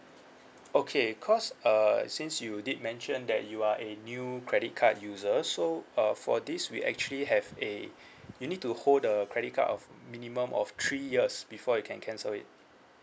okay cause uh since you did mention that you are a new credit card user so uh for this we actually have a you need to hold the credit card of minimum of three years before you can cancel it